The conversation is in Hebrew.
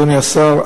אדוני השר,